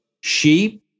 sheep